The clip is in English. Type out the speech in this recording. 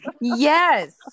Yes